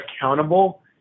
accountable